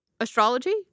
Astrology